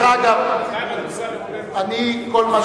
תביאו את זה לוועדה של הכנסת שתדון ותחליט,